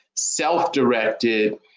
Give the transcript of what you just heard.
self-directed